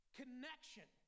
connection